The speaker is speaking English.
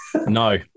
No